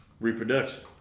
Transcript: reproduction